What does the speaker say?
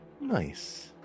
Nice